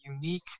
unique